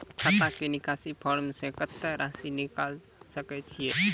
खाता से निकासी फॉर्म से कत्तेक रासि निकाल सकै छिये?